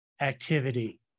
activity